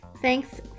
Thanks